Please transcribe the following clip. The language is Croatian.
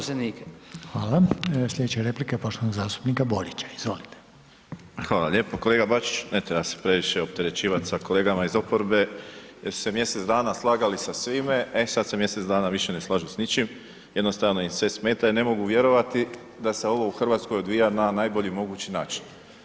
Kolega Bačić, ne treba se previše opterećivati sa kolegama iz oporbe jer su se mjesec dana slagali sa svime, e sad se mjesec dana više ne slažu s ničim, jednostavno im sve smeta jer ne mogu vjerovati da se ovo u Hrvatskoj odvija na najbolji mogući način.